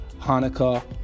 Hanukkah